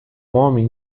homem